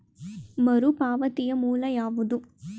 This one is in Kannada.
ಮರುಪಾವತಿಯ ಮೂಲ ಯಾವುದು?